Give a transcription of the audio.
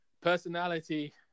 Personality